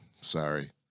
sorry